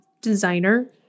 designer